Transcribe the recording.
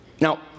Now